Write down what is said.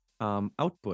output